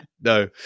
No